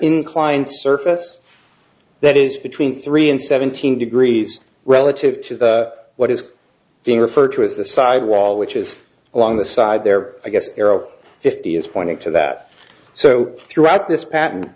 inclined surface that is between three and seventeen degrees relative to what is being referred to as the side wall which is along the side there i guess arrow fifty is pointing to that so throughout this pat